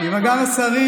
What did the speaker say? גם השרים.